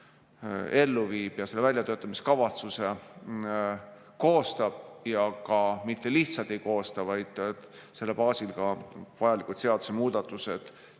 ellu viib, selle väljatöötamiskavatsuse koostab ja mitte lihtsalt ei koosta, vaid selle baasil ka vajalikud seadusemuudatused